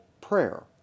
prayer